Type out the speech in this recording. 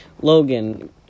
Logan